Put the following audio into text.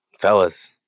fellas